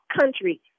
country